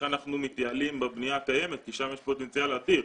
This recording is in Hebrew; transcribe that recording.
אנחנו מתייעלים בבנייה הקיימת כי שם יש פוטנציאל אדיר.